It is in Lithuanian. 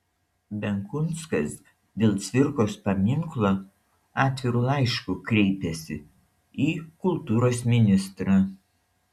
benkunskas dėl cvirkos paminklo atviru laišku kreipėsi į kultūros ministrą